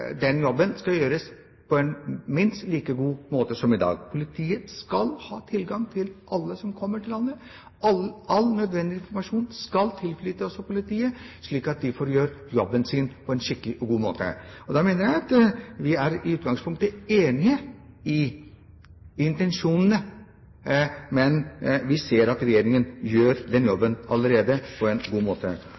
den jobben skal gjøres på en minst like god måte som i dag. Politiet skal ha tilgang til opplysninger om alle som kommer til landet. All nødvendig informasjon skal tilflytes politiet, slik at de får gjort jobben sin på en skikkelig og god måte. Da mener jeg at vi i utgangpunktet er enige i intensjonene. Men vi ser at regjeringen allerede gjør den jobben på en god måte,